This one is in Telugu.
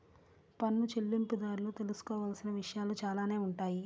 పన్ను చెల్లింపుదారులు తెలుసుకోవాల్సిన విషయాలు చాలానే ఉంటాయి